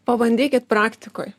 pabandykit praktikoj